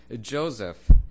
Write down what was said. Joseph